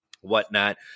whatnot